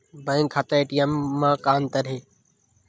Bank खाता ATM मा का अंतर हे?